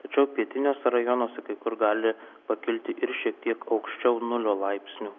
tačiau pietiniuose rajonuose kai kur gali pakilti ir šiek tiek aukščiau nulio laipsnių